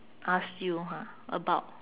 ask you ha about